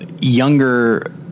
younger